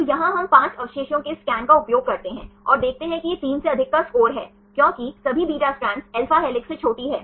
तो यहां हम 5 अवशेषों के इस स्कैन का उपयोग करते हैं और देखते हैं कि यह 3 से अधिक का स्कोर है क्योंकि सभी beta स्ट्रैंड्स alpha हेलिक्सेस से छोटी हैं